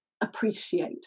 appreciate